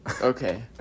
Okay